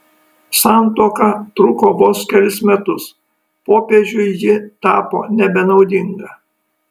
santuoka truko vos kelis metus popiežiui ji tapo nebenaudinga